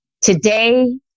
Today